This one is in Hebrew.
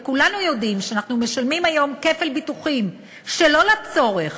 וכולנו יודעים שאנחנו משלמים היום כפל ביטוחים שלא לצורך,